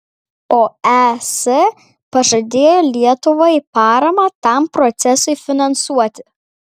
o es pažadėjo lietuvai paramą tam procesui finansuoti